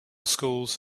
schools